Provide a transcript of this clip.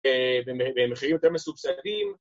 ‫במחירים יותר מסובסדיים.